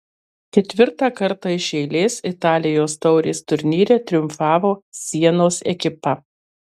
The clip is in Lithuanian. ketvirtą kartą iš eilės italijos taurės turnyre triumfavo sienos ekipa